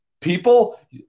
People